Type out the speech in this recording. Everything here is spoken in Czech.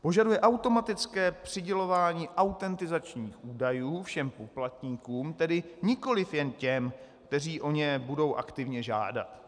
Požaduje automatické přidělování autentizačních údajů všem poplatníkům, tedy nikoli jen těm, kteří o ně budou aktivně žádat.